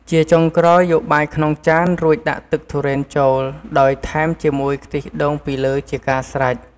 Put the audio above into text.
ជាចុងក្រោយ យកបាយក្នុងចានរួចដាក់ទឹកទុរេនចូល ដោយថែមជាមួយខ្ទិះដូងពីលើជាការស្រេច។